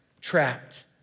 Trapped